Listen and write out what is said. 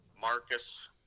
marcus